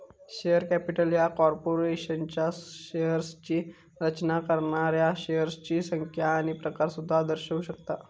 share capital ह्या कॉर्पोरेशनच्या शेअर्सची रचना करणाऱ्या शेअर्सची संख्या आणि प्रकार सुद्धा दर्शवू शकता